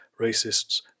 racists